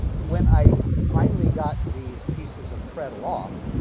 when i finally got these pieces of treadle off,